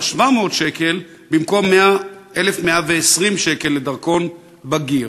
700 שקל במקום 1,120 שקל לדרכון בגיר.